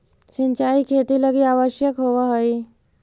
सिंचाई खेती लगी आवश्यक होवऽ हइ